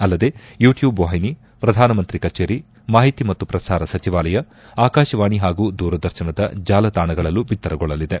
ಅಲ್ಲದೆ YouTube ವಾಹಿನಿ ಪ್ರಧಾನಮಂತ್ರಿ ಕಛೇರಿ ಮಾಹಿತಿ ಮತ್ತು ಪ್ರಸಾರ ಸಚಿವಾಲಯ ಆಕಾಶವಾಣಿ ಹಾಗೂ ದೂರದರ್ಶನದ ಜಾಲತಾಣಗಳಲ್ಲೂ ಬಿತ್ತರಗೊಳ್ಳಲಿದೆ